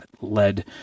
led